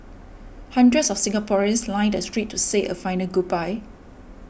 hundreds of Singaporeans lined the streets to say a final goodbye